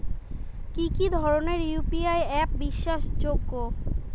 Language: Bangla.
কি কি ধরনের ইউ.পি.আই অ্যাপ বিশ্বাসযোগ্য?